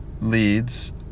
leads